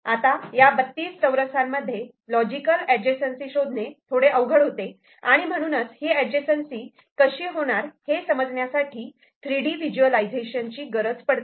आता या 32 चौरसामध्ये लॉजिकल अडजेसन्सी शोधणे थोडे अवघड होते आणि म्हणूनच ही अडजेसन्सी कशी होणार हे समजण्यासाठी थ्रीडी व्हिज्युअलायझेशनची गरज पडते